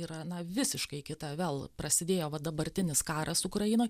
yra na visiškai kita vėl prasidėjo va dabartinis karas ukrainoj